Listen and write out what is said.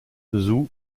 zhou